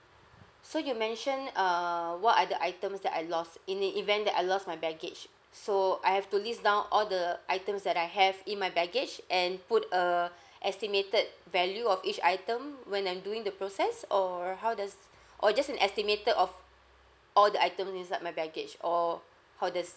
so you mentioned err what are the items that I lost in the event that I lost my baggage so I have to list down all the items that I have in my baggage and put a estimated value of each item when I'm doing the process or how does or just an estimated of all the items inside my baggage or how does